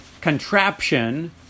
contraption